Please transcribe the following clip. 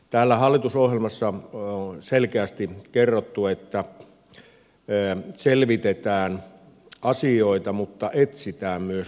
täällä hallitusohjelmassa on selkeästi kerrottu että selvitetään asioita mutta etsitään myös ratkaisuja